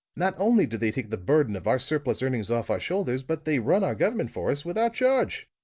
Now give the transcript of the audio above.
not only do they take the burden of our surplus earnings off our shoulders, but they run our government for us without charge.